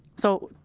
so,